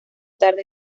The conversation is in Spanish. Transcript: tarde